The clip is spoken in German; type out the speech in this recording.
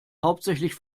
hauptsächlich